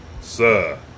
Sir